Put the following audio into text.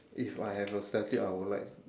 if I have a statue I would like